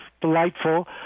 delightful